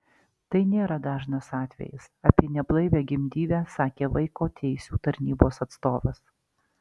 tai nėra dažnas atvejis apie neblaivią gimdyvę sakė vaiko teisių tarnybos atstovas